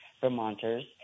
Vermonters